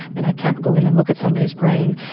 and i can't go in and look at somebody's brain,